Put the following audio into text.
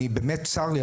באמת צר לי,